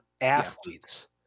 athletes